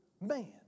man